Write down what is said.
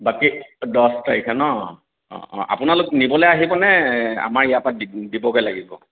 বাকী দহ তাৰিখে ন আপোনালোক নিবলৈ আহিব নে আমাৰ ইয়াৰ পৰা দি দিবগৈ লাগিব